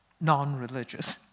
non-religious